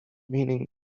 meaning